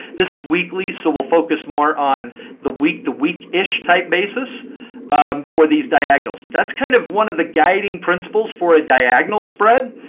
this is weekly, so we'll focus more on the week the week-ish type basis for these diagonals. but that's kind of one of the guiding principles for a diagonal spread.